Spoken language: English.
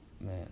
man